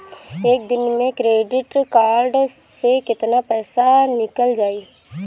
एक दिन मे क्रेडिट कार्ड से कितना पैसा निकल जाई?